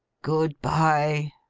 good bye